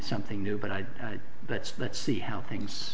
something new but i do that let's see how things